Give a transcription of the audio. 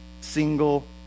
single